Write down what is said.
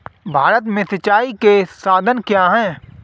भारत में सिंचाई के साधन क्या है?